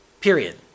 period